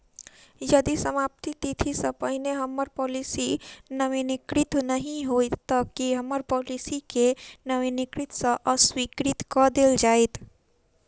यदि समाप्ति तिथि सँ पहिने हम्मर पॉलिसी नवीनीकृत नहि होइत तऽ की हम्मर पॉलिसी केँ नवीनीकृत सँ अस्वीकृत कऽ देल जाइत?